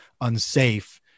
unsafe